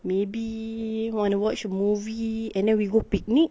maybe want to watch a movie and then we go picnic